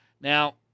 Now